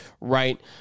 right